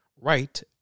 Right